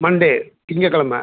Monday திங்கக்கிழம